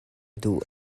duh